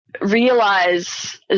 realize